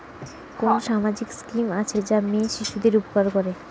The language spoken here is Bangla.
কোন সামাজিক স্কিম আছে যা মেয়ে শিশুদের উপকার করে?